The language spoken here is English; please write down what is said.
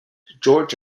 george